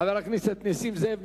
חבר הכנסת נסים זאב,